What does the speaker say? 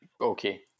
Okay